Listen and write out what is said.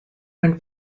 when